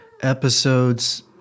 episodes